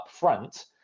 upfront